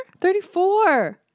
34